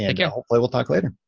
ah yeah hope we will talk later.